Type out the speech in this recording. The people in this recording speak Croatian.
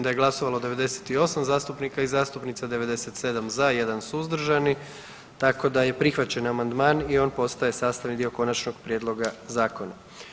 da je glasovalo 98 zastupnika i zastupnica, 97 za, 1 suzdržani tako da je prihvaćen amandman i on postaje sastavni dio konačnog prijedloga zakona.